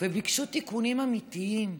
וביקשו תיקונים אמיתיים,